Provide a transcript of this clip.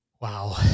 Wow